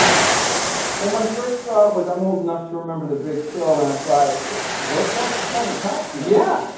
well, my first thought was, i'm old enough to remember the big chill and i thought, it worked out for kevin costner. yeah.